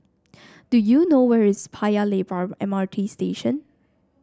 do you know where is Paya Lebar M R T Station